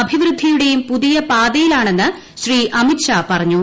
അഭിവൃദ്ധിയുടെയും പുതിയ പാതയിലാണെന്ന് ശ്രീ അമിത് ഷാ പറഞ്ഞു